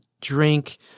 drink